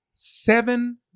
seven